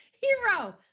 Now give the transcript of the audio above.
Hero